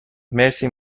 مرسی